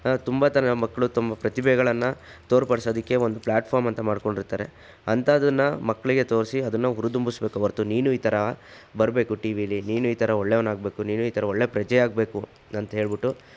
ತುಂಬ ಥರದ ಮಕ್ಕಳು ತಮ್ಮ ಪ್ರತಿಭೆಗಳನ್ನು ತೋರ್ಪಡಿಸೋದಿಕ್ಕೆ ಒಂದು ಪ್ಲ್ಯಾಟ್ಫಾರ್ಮ್ ಅಂತ ಮಾಡ್ಕೊಂಡಿರ್ತಾರೆ ಅಂಥದನ್ನು ಮಕ್ಕಳಿಗೆ ತೋರಿಸಿ ಅದನ್ನು ಹುರಿದುಂಬಿಸ್ಬೇಕೇ ಹೊರತು ನೀನು ಈ ಥರ ಬರಬೇಕು ಟಿ ವಿಲಿ ನೀನು ಈ ಥರ ಒಳ್ಳೆಯವನಾಗ್ಬೇಕು ನೀನು ಈ ಥರ ಒಳ್ಳೆಯ ಪ್ರಜೆ ಆಗ್ಬೇಕು ಅಂಥೇಳ್ಬಿಟ್ಟು